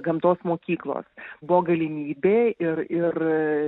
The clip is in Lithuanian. gamtos mokyklos buvo galimybė ir ir